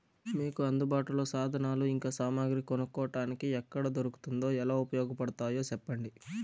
మీకు అందుబాటులో సాధనాలు ఇంకా సామగ్రి కొనుక్కోటానికి ఎక్కడ దొరుకుతుందో ఎలా ఉపయోగపడుతాయో సెప్పండి?